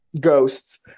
ghosts